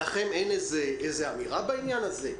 אין לכם איזו אמירה בעניין הזה,